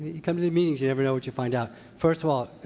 you come to the meetings, you never know what you find out. first of all,